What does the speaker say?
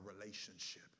relationship